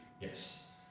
yes